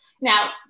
now